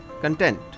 content